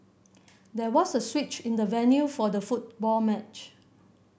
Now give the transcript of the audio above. there was a switch in the venue for the football match